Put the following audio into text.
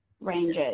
ranges